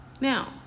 Now